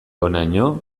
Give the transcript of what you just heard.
honaino